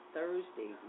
Thursday